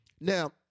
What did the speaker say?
Now